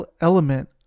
element